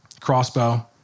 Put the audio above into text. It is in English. crossbow